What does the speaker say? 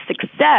success